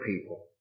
people